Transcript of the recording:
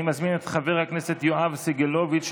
אני מזמין את חבר הכנסת יואב סגלוביץ'